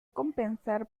compensar